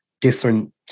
different